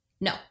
No